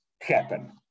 happen